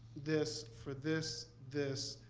this for this, this.